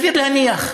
סביר להניח.